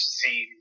see